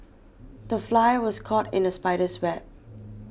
the fly was caught in the spider's web